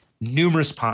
numerous